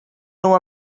nhw